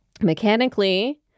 Mechanically